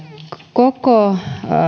koko